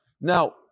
now